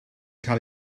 cael